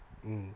mm